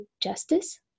justice